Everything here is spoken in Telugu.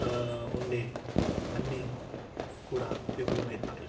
ఉండే అన్నీ కూడా విఫలమవుతాయి